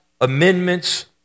amendments